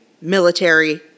military